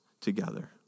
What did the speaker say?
together